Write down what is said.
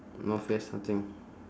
no face nothing